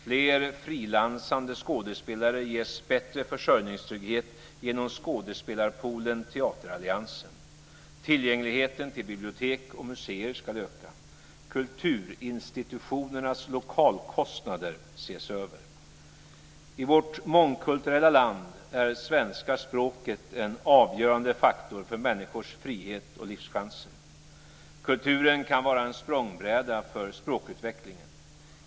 Fler frilansande skådespelare ges bättre försörjningstrygghet genom skådespelarpoolen Teateralliansen. Tillgängligheten till bibliotek och museer ska öka. Kulturinstitutionernas lokalkostnader ses över. I vårt mångkulturella land är svenska språket en avgörande faktor för människors frihet och livschanser. Kulturen kan vara en språngbräda för språkutvecklingen.